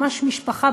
ממש משפחה,